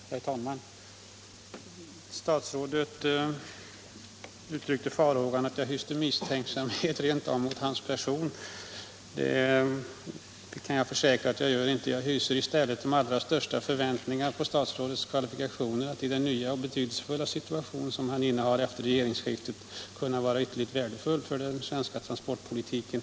Herr talman! Statsrådet uttryckte farhågan att jag rent av hyste misstänksamhet emot hans person. Det kan jag försäkra att jag inte gör. Jag hyser i stället de allra största förväntningar på statsrådets kvalifi Om avvägningen mellan SJ:s bilgodstrafik och spårbundna godstrafik Om avvägningen mellan SJ:s bilgodstrafik och spårbundna godstrafik kationer, som i den nya och betydelsefulla position han innehar efter regeringsskiftet kommer att kunna var ytterligt värdefulla för den svenska transportpolitiken.